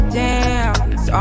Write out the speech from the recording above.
dance